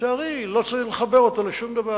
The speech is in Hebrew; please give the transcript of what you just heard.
לצערי לא צריך לחבר אותו לשום דבר.